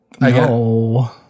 No